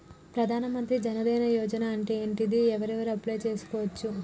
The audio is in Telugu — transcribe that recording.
ప్రధాన మంత్రి జన్ ధన్ యోజన అంటే ఏంటిది? ఎవరెవరు అప్లయ్ చేస్కోవచ్చు?